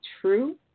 true